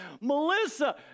Melissa